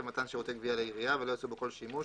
מתן שירותי גבייה לעירייה ולא יעשו בו כל שימוש,